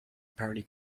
apparently